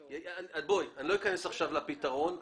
אני לא אכנס עכשיו לפתרון.